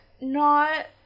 Not-